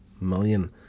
million